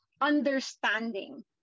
understanding